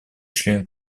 член